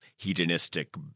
hedonistic